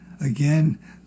Again